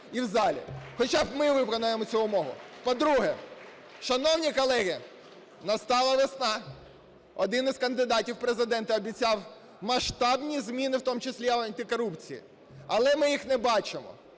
і в залі. Хоча б ми виконаємо цю вимогу. По-друге, шановні колеги, настала весна. Один із кандидатів в Президенти обіцяв масштабні зміни, в тому числі антикорупції. Але ми їх не бачимо,